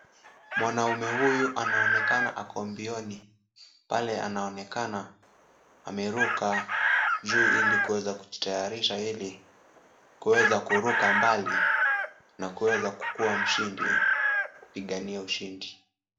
Mwanaume huyu anaonekana ako mbioni. Pale anaonekana ameruka juu ili kuweza kujitayarisha ili kuweza kuruka mbali na kuweza kukua mshindi kupigania ushindi.